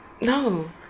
no